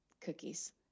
cookies